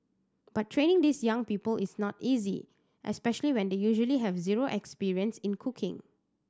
but training these young people is not easy especially when they usually have zero experience in cooking